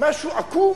משהו עקום